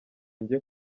njye